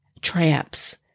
traps